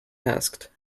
asked